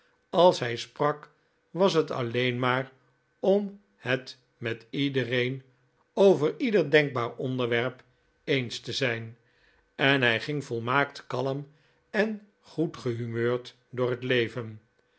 als hij sprak was het alleen maar om het met iedereen over ieder denkbaar onderwerp eens te zijn en hij ging volmaakt kalm en goedgehumeurd door het leven